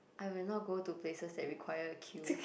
I will not go to places that require queue